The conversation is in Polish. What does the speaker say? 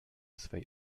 swej